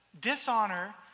dishonor